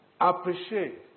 Appreciate